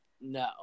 no